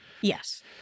Yes